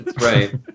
Right